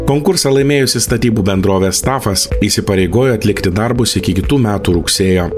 konkursą laimėjusi statybų bendrovė stafas įsipareigojo atlikti darbus iki kitų metų rugsėjo